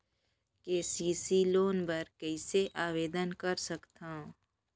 KCC loan बर कइसे आवेदन कर सकथव?